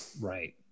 Right